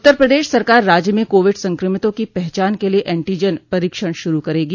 उत्तर प्रदेश सरकार राज्य में कोविड संक्रमितों की पहचान के लिए एंटीजन परोक्षण शुरू करेगी